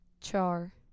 Char